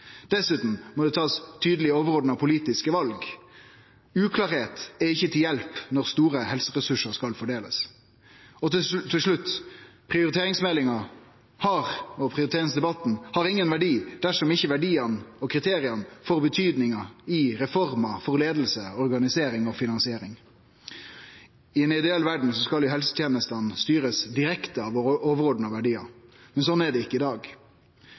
Dessutan må ein ta tydelege overordna politiske val. At noko er uklart, er ikkje til hjelp når store helseressursar skal fordelast. Og til slutt: prioriteringsmeldinga og prioriteringsdebatten har ingen verdi dersom ikkje verdiane og kriteria får betydning i reformer for leiing, organisering og finansiering. I ei ideell verd skal jo helsetenestene styrast direkte av overordna verdiar, men slik er det ikkje i dag.